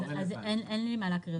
אז אין לי מה לקרוא,